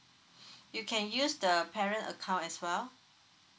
you can use the parent account as well